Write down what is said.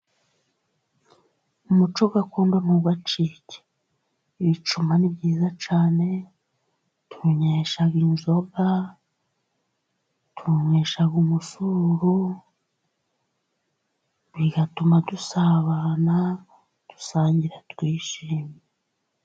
Umuco gakondo ntubacike. Ibicuma ni byiza cyane, tubinywesha inzoga, tubinywesha umusuru, bigatuma dusabana, dusangira twishimye.